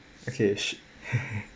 okay